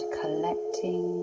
collecting